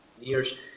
years